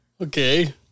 Okay